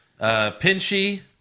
Pinchy